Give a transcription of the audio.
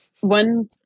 one